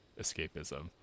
escapism